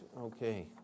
Okay